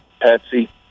Patsy